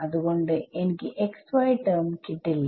അത്കൊണ്ട് എനിക്ക് xy term കിട്ടില്ല